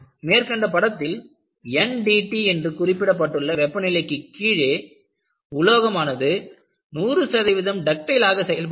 மேற்கண்ட படத்தில் NDT என்று குறிப்பிடப்பட்டுள்ள வெப்பநிலைக்கு கீழே உலோகமானது 100 சதவீதம் டக்டைல் ஆக செயல்படுகிறது